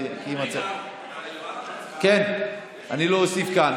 אני לא אוסיף כאן,